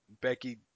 Becky